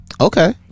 okay